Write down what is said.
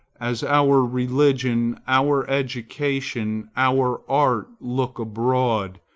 as our religion, our education, our art look abroad,